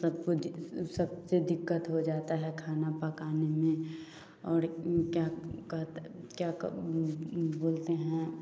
सब कुछ सबसे दिक़्क़त हो जाती है खाना पकाने में और क्या कह क्या बोलते हैं